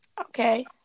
Okay